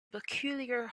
peculiar